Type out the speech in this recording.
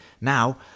now